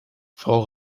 frau